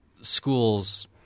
schools